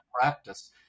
practice